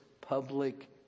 public